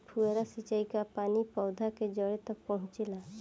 फुहारा सिंचाई का पानी पौधवा के जड़े तक पहुचे ला?